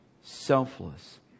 selfless